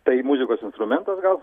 tai muzikos instrumentas gal